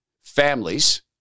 families